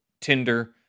Tinder